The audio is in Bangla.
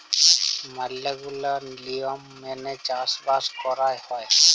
ম্যালা গুলা লিয়ম মেলে চাষ বাস কয়রা হ্যয়